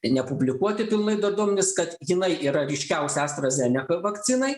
ir nepublikuoti pilnai dar duomenys kad jinai yra ryškiausia astra zeneka vakcinai